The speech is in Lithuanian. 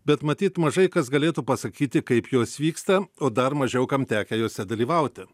bet matyt mažai kas galėtų pasakyti kaip jos vyksta o dar mažiau kam tekę jose dalyvauti